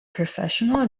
professional